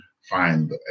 find